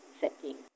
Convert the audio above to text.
setting